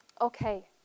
okay